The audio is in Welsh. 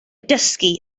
dysgu